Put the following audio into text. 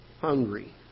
hungry